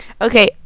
Okay